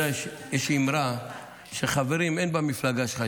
יש אמרה שחברים אין במפלגה שלך,